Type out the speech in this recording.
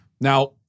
Now